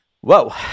Whoa